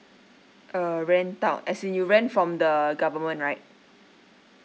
uh rent out as in you rent from the government right